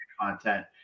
content